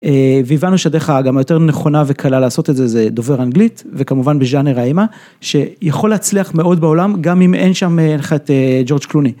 והבנו שהדרך גם היותר נכונה וקלה לעשות את זה זה דובר אנגלית, וכמובן בז'אנר האימה, שיכול להצליח מאוד בעולם גם אם אין שם... אין לך את... ג'ורג' קלוני.